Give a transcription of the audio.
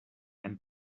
and